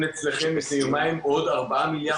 עודד,